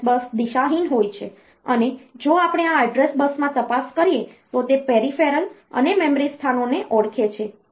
address bus દિશાહીન હોય છે અને જો આપણે આ એડ્રેસ બસમાં તપાસ કરીએ તો તે પેરિફેરલ અને મેમરી સ્થાનોને ઓળખે છે